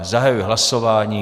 Zahajuji hlasování.